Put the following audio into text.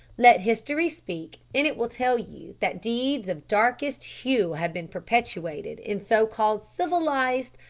let history speak and it will tell you that deeds of darkest hue have been perpetrated in so-called civilised,